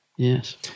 Yes